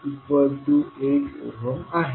58 आहे